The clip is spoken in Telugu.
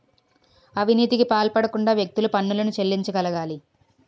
అవినీతికి పాల్పడకుండా వ్యక్తులు పన్నులను చెల్లించగలగాలి